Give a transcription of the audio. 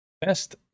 Best